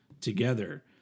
together